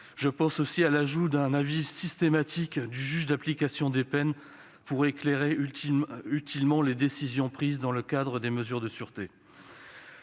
Je pense aussi à l'ajout d'un avis systématique du juge de l'application des peines pour éclairer utilement les décisions prises dans le cadre des mesures de sûreté.